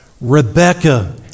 Rebecca